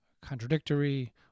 contradictory